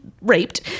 raped